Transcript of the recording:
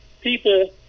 people